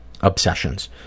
obsessions